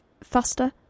faster